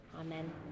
Amen